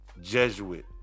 Jesuit